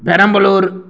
Perambalur